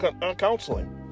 counseling